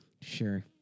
Sure